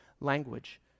language